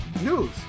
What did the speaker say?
news